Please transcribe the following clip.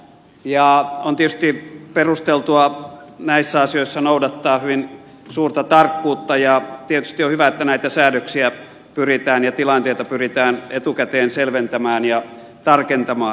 on tietysti perusteltua näissä asioissa noudattaa hyvin suurta tarkkuutta ja tietysti on hyvä että näitä säädöksiä ja tilanteita pyritään etukäteen selventämään ja tarkentamaan